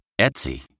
Etsy